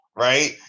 Right